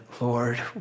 Lord